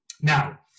Now